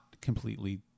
completely